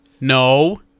No